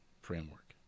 framework